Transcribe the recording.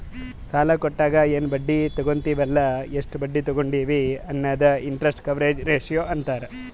ಸಾಲಾ ಕೊಟ್ಟಾಗ ಎನ್ ಬಡ್ಡಿ ತಗೋತ್ತಿವ್ ಅಲ್ಲ ಎಷ್ಟ ಬಡ್ಡಿ ತಗೊಂಡಿವಿ ಅನ್ನದೆ ಇಂಟರೆಸ್ಟ್ ಕವರೇಜ್ ರೇಶಿಯೋ ಅಂತಾರ್